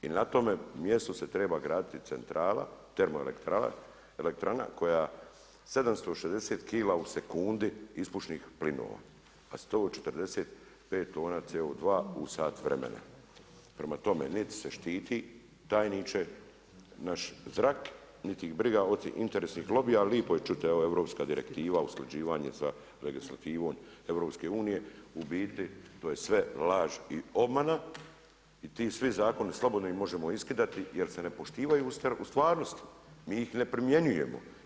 I na tome mjestu se treba graditi centrala, termoelektrana, koja 760 kila u sekundi ispušnih plinova, a 145 tona CO2 u sat vremena, prema tome nit se štiti, tajniče, naš zrak niti ih briga od tih interesnih lobija, ali lijepo je čuti, evo europska direktiva, usklađivanje sa legislativom EU-a, u biti to je sve laž i obmana, i ti svi zakoni, slobodno ih možemo iskidati jer se ne poštivaju u stvarnosti, mi ih ne primjenjujemo.